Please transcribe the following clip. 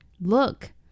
Look